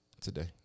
Today